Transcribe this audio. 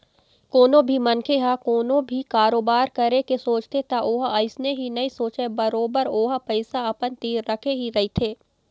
कोनो भी मनखे ह कोनो भी कारोबार करे के सोचथे त ओहा अइसने ही नइ सोचय बरोबर ओहा पइसा अपन तीर रखे ही रहिथे